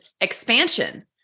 expansion